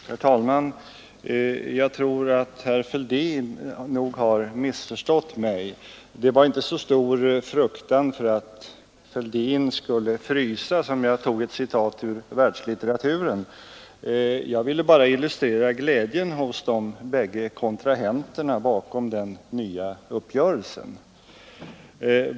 Herr talman! Jag tror att herr Fälldin har missförstått mig. Det var inte så mycket av oro för att herr Fälldin skulle frysa som jag anförde ett citat ur världslitteraturen. Jag ville bara illustrera glädjen hos de bägge kontrahenterna bakom den nya uppgörelsen.